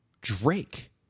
Drake